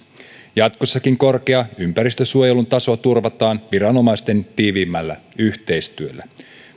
jatkossakin korkea ympäristönsuojelun taso turvataan viranomaisten tiiviimmällä yhteistyöllä